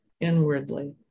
inwardly